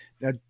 now